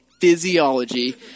physiology